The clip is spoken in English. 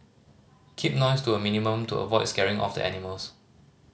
keep noise to a minimum to avoid scaring off the animals